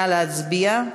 נא להצביע.